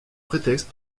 prétexte